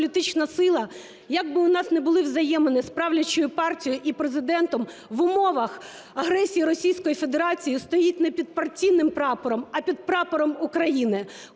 політична сила, як би у нас не були взаємини з правлячою партією і Президентом в умовах агресії Російської Федерації, стоїть не під партійним прапором, а під прапором України.